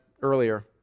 earlier